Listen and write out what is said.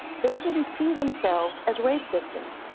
they didn't see themselves as rape victims.